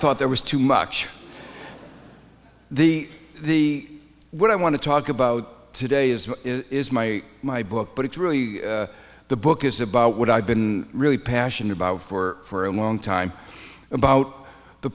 thought there was too much the the what i want to talk about today is is my my book but it's really the book is about what i've been really passionate about for a long time about the